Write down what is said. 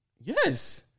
Yes